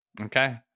Okay